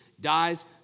dies